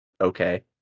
okay